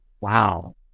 Wow